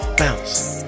bounce